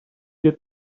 did